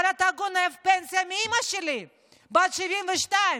אבל אתה גונב פנסיה מאימא שלי בת ה-72,